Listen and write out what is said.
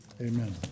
amen